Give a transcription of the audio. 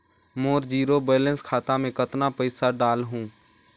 मोर zero balance खाता मे कतना पइसा डाल हूं?